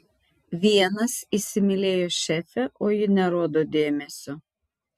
vienas įsimylėjo šefę o ji nerodo dėmesio